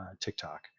TikTok